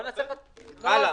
הלאה.